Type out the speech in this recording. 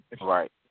Right